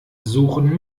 suchen